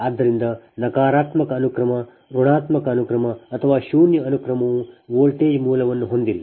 ಆದ್ದರಿಂದ ನಕಾರಾತ್ಮಕ ಅನುಕ್ರಮ ಋಣಾತ್ಮಕ ಅನುಕ್ರಮ ಅಥವಾ ಶೂನ್ಯ ಅನುಕ್ರಮವು ವೋಲ್ಟೇಜ್ ಮೂಲವನ್ನು ಹೊಂದಿಲ್ಲ